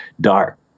dark